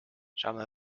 saame